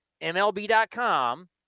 MLB.com